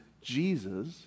Jesus